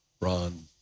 Ron